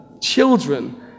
children